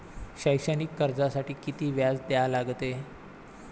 शैक्षणिक कर्जासाठी किती व्याज द्या लागते?